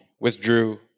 withdrew